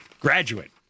graduate